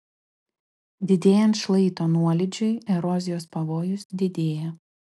didėjant šlaito nuolydžiui erozijos pavojus didėja